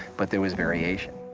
but there was variation.